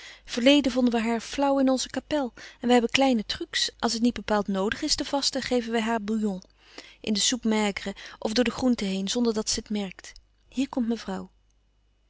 verleden vonden we haar flauw in onze kapel en wij hebben kleine trucs als het niet bepaald noodig is te vasten geven wij haar bouillon in de soupe maigre of door de groenten heen zonder dat ze het merkt hier komt mevrouw